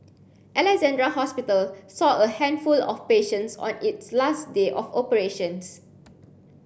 Alexandra Hospital saw a handful of patients on its last day of operations